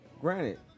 granted